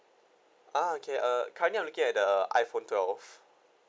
ah okay uh currently I'm looking at the iPhone twelve